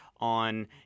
On